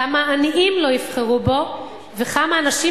כמה עניים לא יבחרו בו וכמה אנשים